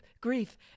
grief